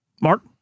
Mark